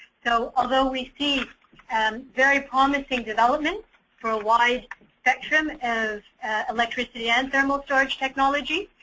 so although we see very promising development for a wide spectrum as electricity and thermal storage technology,